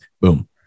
Boom